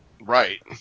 Right